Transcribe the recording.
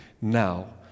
now